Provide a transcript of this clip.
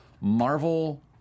Marvel